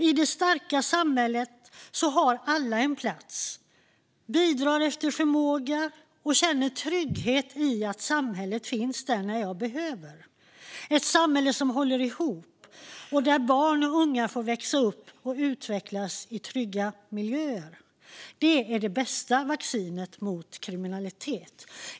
I det starka samhället har alla en plats, bidrar efter förmåga och känner trygghet i att samhället finns där när jag behöver det. Ett samhälle som håller ihop, där barn och unga får växa upp och utvecklas i trygga miljöer, är det bästa vaccinet mot kriminalitet.